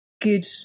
good